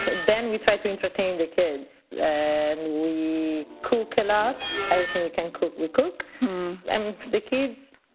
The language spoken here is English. then we tried to entertain the kids and we cook um up everything we can cook. we cook and the kids.